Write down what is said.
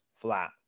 flat